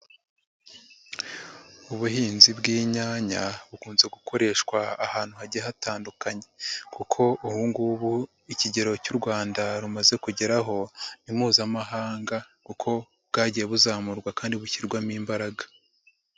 Ubuhinzi bw'inyanya bukunze gukoreshwa ahantu hagiye hatandukanye kuko ubu ngubu ikigero cy'u Rwanda rumaze kugeraho ni Mpuzamahanga kuko bwagiye buzamurwa kandi bushyirwamo imbaraga.